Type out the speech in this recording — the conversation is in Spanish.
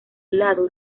lado